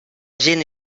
gent